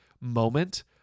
moment